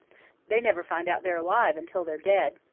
they never find out they're alive until they're dead.